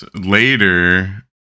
Later